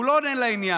הוא לא עונה לעניין.